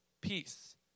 peace